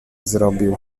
zrobił